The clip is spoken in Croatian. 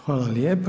Hvala lijepa.